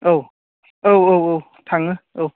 औ औ औ औ थाङो औ